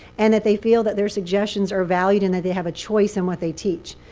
and that they feel that their suggestions are valued, and that they have a choice in what they teach.